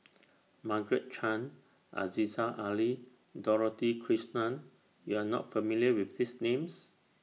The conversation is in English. Margaret Chan Aziza Ali Dorothy Krishnan YOU Are not familiar with These Names